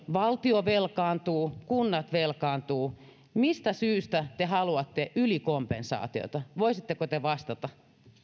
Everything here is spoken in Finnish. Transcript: valtio velkaantuu kunnat velkaantuvat mistä syystä te haluatte ylikompensaatiota voisitteko te vastata